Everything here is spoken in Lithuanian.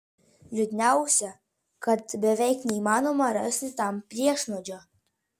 liūdniausia kad beveik neįmanoma rasti tam priešnuodžio